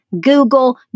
Google